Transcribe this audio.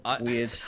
weird